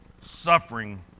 suffering